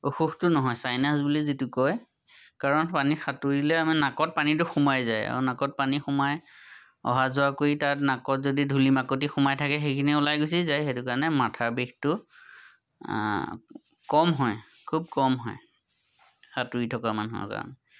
অসুখটো নহয় চাইনেছ বুলি যিটো কয় কাৰণ পানীত সাঁতুৰিলে আমাৰ নাকত পানীটো সোমাই যায় আৰু নাকত পানী সোমাই অহা যোৱা কৰি তাত নাকত যদি ধূলি মাকতি সোমাই থাকে সেইখিনি ওলাই গুচি যায় সেইটো কাৰণে মাথাৰ বিষটো কম হয় খুব কম হয় সাঁতুৰি থকা মানুহৰ কাৰণে